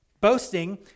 Boasting